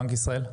בנק ישראל?